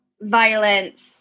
violence